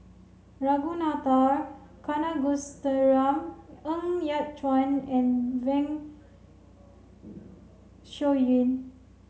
Ragunathar Kanagasuntheram Ng Yat Chuan and Zeng Shouyin